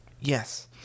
Yes